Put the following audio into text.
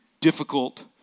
difficult